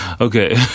okay